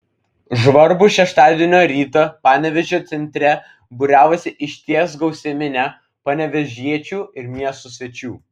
žvarbų šeštadienio rytą panevėžio centre būriavosi išties gausi minia panevėžiečių ir miesto svečių